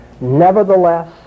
nevertheless